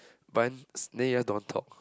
bun slayer don't talk